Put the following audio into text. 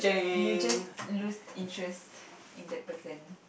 you just lost interest in that person